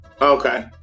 Okay